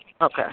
Okay